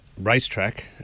racetrack